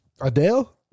adele